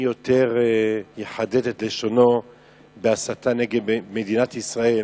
מי יותר יחדד את לשונו בהסתה נגד מדינת ישראל,